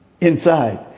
inside